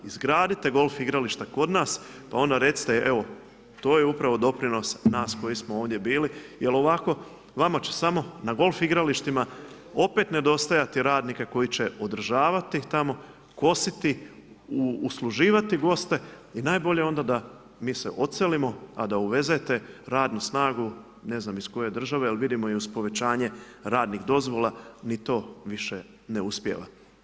Izgradite golf igrališta kod nas pa onda recite evo to je upravo doprinos nas koji smo ovdje bili jer ovako vama će samo na golf igralištima opet nedostajati radnika koji će održavati tamo, kositi, usluživati goste i najbolje onda da mi se odselimo a da uvezete radnu snagu, ne znam iz koje države jer vidimo i uz povećanje radnih dozvola ni to više ne uspijeva.